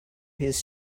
his